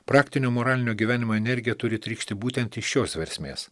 praktinio moralinio gyvenimo energija turi trykšti būtent iš jos versmės